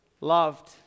loved